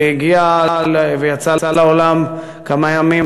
היא הגיעה ויצאה לעולם כמה ימים,